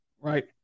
right